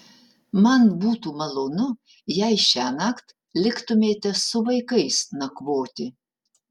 man būtų malonu jei šiąnakt liktumėte su vaikais nakvoti